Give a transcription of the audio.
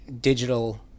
digital